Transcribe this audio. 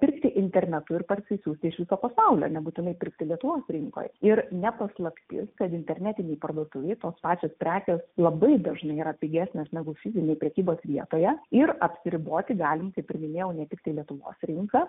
pirkti internetu ir parsisiųsti iš viso pasaulio nebūtinai pirkti lietuvos rinkoj ir ne paslaptis kad internetinėj parduotuvėj tos pačios prekės labai dažnai yra pigesnės negu fizinėj prekybos vietoje ir apsiriboti galim kaip ir minėjau ne tiktai lietuvos rinka